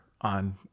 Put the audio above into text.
on